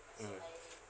mm